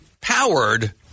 powered